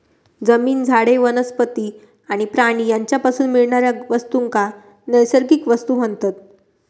जमीन, झाडे, वनस्पती आणि प्राणी यांच्यापासून मिळणाऱ्या वस्तूंका नैसर्गिक वस्तू म्हणतत